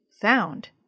Found